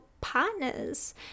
partners